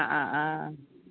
അ അ അ